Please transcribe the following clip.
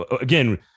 Again